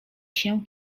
się